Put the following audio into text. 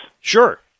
Sure